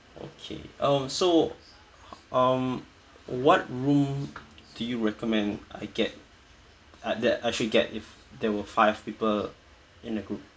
okay um so um what room do you recommend I get uh that I should get if there were five people in a group